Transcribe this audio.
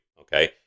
Okay